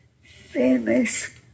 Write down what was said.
famous